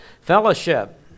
Fellowship